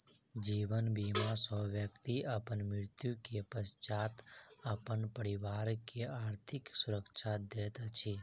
जीवन बीमा सॅ व्यक्ति अपन मृत्यु के पश्चात अपन परिवार के आर्थिक सुरक्षा दैत अछि